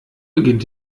beginnt